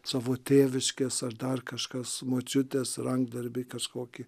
savo tėviškės ar dar kažkas močiutės rankdarbiai kažkoki